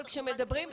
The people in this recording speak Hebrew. אבל כשמדברים,